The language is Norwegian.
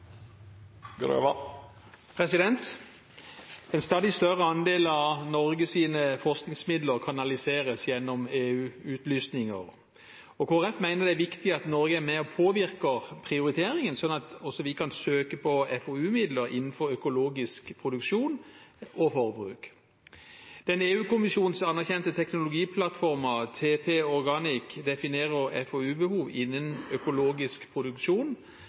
år. En stadig større andel av Norges forskningsmidler kanaliseres gjennom EU-utlysninger. Kristelig Folkeparti mener det er viktig at Norge er med og påvirker prioriteringen, slik at også vi kan søke på FoU-midler innenfor økologisk produksjon og forbruk. Den EU-kommisjonsanerkjente teknologiplattformen TP Organics definerer FoU-behov innen økologisk produksjon